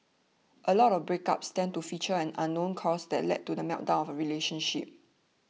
a lot of breakups tend to feature an unknown cause that lead to the meltdown of a relationship